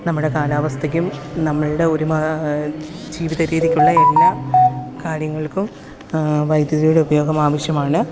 നമ്മു ടെ കാലാവസ്ഥയ്ക്കും നമ്മളുടെ ഒരുമ ജീവിത രീതിക്കുള്ള എല്ലാ കാര്യങ്ങൾക്കും വൈദ്യുതിയുടെ ഉപയോഗം ആവശ്യമാണ്